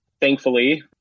Thankfully